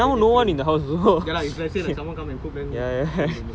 just throw away ya lah let's say if someone come and cook then don't don't don't